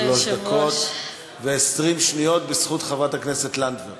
דקות ו-20 שניות, בזכות חברת הכנסת לנדבר.